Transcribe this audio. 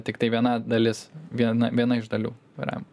tiktai viena dalis viena viena iš dalių yra